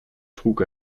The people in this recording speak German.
trug